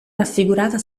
raffigurata